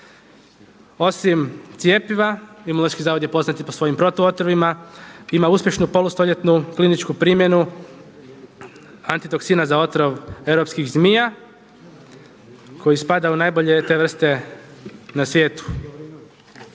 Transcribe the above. Osim cjepiva Imunološki zavod je poznat i po svojim protu otrovima. Ima uspješnu polustoljetnu kliničku primjenu antitoksina za otrov europskih zmija koji spada u najbolje te vrste na svijetu,